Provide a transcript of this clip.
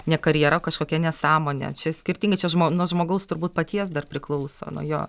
ne karjera o kažkokia nesąmonė čia skirtingai čia žmo nuo žmogaus turbūt paties dar priklauso nuo jo